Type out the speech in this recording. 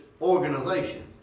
organization